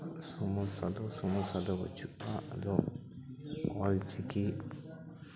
ᱥᱚᱢᱚᱥᱥᱟ ᱫᱚ ᱥᱚᱢᱚᱥᱥᱟ ᱫᱚ ᱵᱟᱹᱱᱩᱜᱼᱟ ᱟᱫᱚ ᱚᱞᱪᱤᱠᱤ